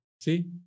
See